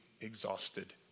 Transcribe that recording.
exhausted